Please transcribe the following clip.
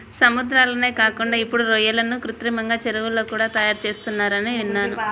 సముద్రాల్లోనే కాకుండా ఇప్పుడు రొయ్యలను కృత్రిమంగా చెరువుల్లో కూడా తయారుచేత్తన్నారని విన్నాను